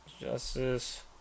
Justice